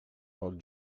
pel